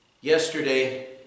yesterday